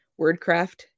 Wordcraft